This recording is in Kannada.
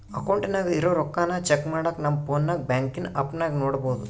ಅಕೌಂಟಿನಾಗ ಇರೋ ರೊಕ್ಕಾನ ಚೆಕ್ ಮಾಡಾಕ ನಮ್ ಪೋನ್ನಾಗ ಬ್ಯಾಂಕಿನ್ ಆಪ್ನಾಗ ನೋಡ್ಬೋದು